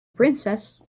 princess